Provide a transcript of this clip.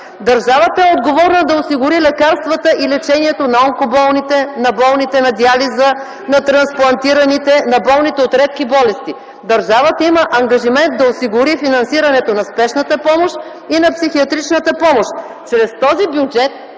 Държавата е отговорна да осигури лекарствата и лечението на онкоболните, на болните на диализа, на трансплантираните, на болните от редки болести. Държавата има ангажимент да осигури финансирането на спешната помощ и на психиатричната помощ. Чрез този бюджет,